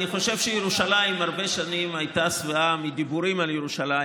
אני חושב שירושלים הרבה שנים הייתה שבעה מדיבורים על ירושלים,